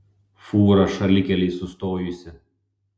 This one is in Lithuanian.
fūra šalikelėj sustojusi